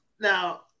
Now